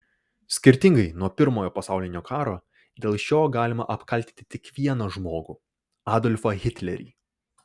skirtingai nuo pirmojo pasaulinio karo dėl šio galima apkaltinti tik vieną žmogų adolfą hitlerį